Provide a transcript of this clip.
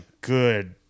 good